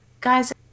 guys